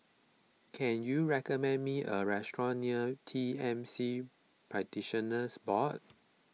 can you recommend me a restaurant near T M C Practitioners Board